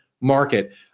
market